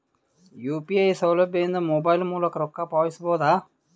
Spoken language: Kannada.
ಯು.ಪಿ.ಐ ಸೌಲಭ್ಯ ಇಂದ ಮೊಬೈಲ್ ಮೂಲಕ ರೊಕ್ಕ ಪಾವತಿಸ ಬಹುದಾ?